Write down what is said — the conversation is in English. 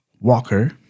Walker